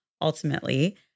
ultimately